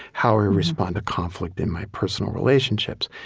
how i respond to conflict in my personal relationships.